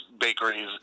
bakeries